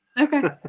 Okay